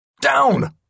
Down